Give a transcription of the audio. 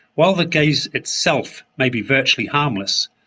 while the gaze itself may be virtually harmless,